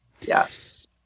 Yes